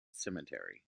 cemetery